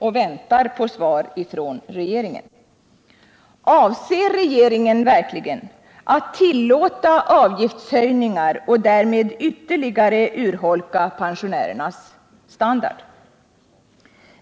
Och jag väntar på svar från regeringen. Avser regeringen verkligen att tillåta avgiftshöjningar och därmed ytterligare urholka pensionärernas standard?